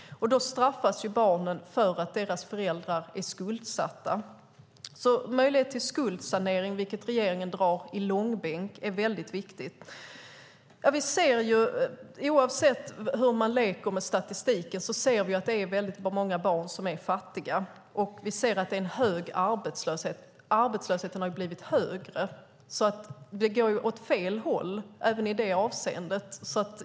Då straffas barnen för att deras föräldrar är skuldsatta. Möjlighet till skuldsanering, vilket regeringen drar i långbänk, är alltså väldigt viktigt. Oavsett hur man leker med statistiken ser vi att det är väldigt många barn som är fattiga, och vi ser att det är en hög arbetslöshet. Arbetslösheten har blivit högre. Det går alltså åt fel håll även i detta avseende.